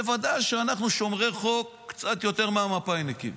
בוודאי שאנחנו שומרי חוק קצת יותר מהמפא"יניקים,